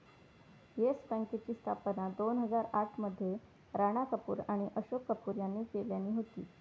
yes बँकेची स्थापना दोन हजार आठ मध्ये राणा कपूर आणि अशोक कपूर यांनी केल्यानी होती